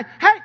Hey